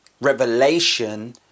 revelation